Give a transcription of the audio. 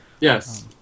Yes